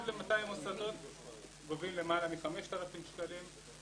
קרוב ל-200 מוסדות גובים למעלה מ-5,000 שקלים.